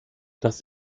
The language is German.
das